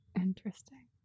Interesting